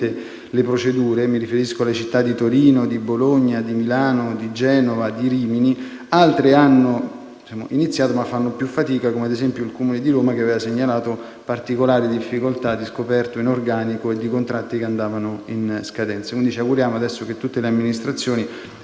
le produrre - mi riferisco alle città di Torino. Bologna, Milano, Genova e Rimini - mentre altre hanno iniziato ma fanno più fatica. Penso al Comune di Roma, che aveva segnalato particolare difficoltà di scoperto in organico e di contratti che andavano in scadenza. Ci auguriamo, quindi, che tutte le amministrazioni